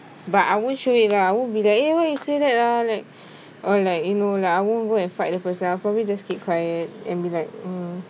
but I won't show you lah I won't be like eh why you say that lah like or like you know like I won't go and fight the first time probably just keep quiet and be like mm